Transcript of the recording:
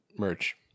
merch